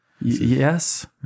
Yes